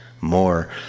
more